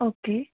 okay